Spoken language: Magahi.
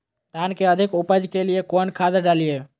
धान के अधिक उपज के लिए कौन खाद डालिय?